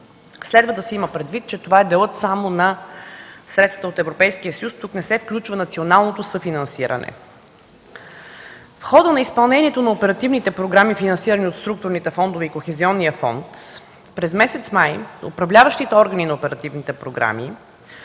Следва да се има предвид, че това е делът само на средства от Европейския съюз. Тук не се включва националното съфинансиране. В хода на изпълнението на оперативните програми, финансирани от структурните фондове и Кохезионния фонд, през месец май управляващите органи на оперативните програми,